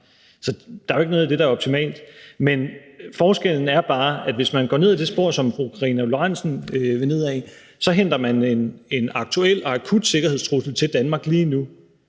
så der er jo ikke noget af det, der er optimalt. Men forskellen er bare, at hvis man går ned ad det spor, som fru Karina Lorentzen Dehnhardt vil nedad, henter man en aktuel og akut sikkerhedstrussel til Danmark lige nu.